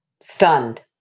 stunned